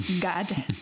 God